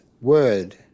word